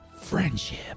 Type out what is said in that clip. Friendship